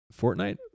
Fortnite